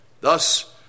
Thus